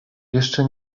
jeszcze